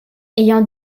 ayant